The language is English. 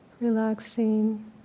relaxing